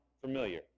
familiar